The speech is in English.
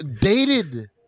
dated